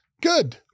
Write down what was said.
good